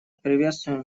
приветствуем